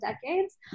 decades